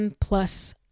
plus